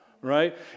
right